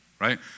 right